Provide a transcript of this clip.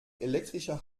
elektrischer